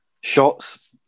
shots